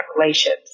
Relations